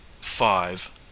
five